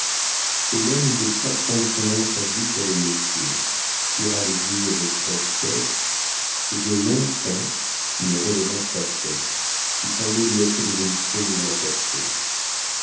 baissa promptement sa vue sur le métier tira l'aiguille avec prestesse et de long-temps ne releva sa tête qui semblait lui être devenue trop lourde à porter